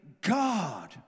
God